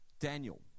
Daniel